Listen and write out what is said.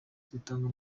zitanga